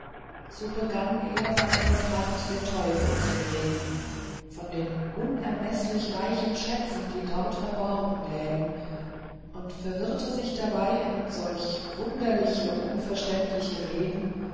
so begann er von der pracht der teufen zu reden von den unermeßlich reichen schätzen die dort verborgen lägen und verwirrte sich dabei in solch wunderliche unverständliche reden